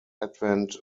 advent